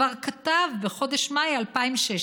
כתב כבר בחודש מאי 2016,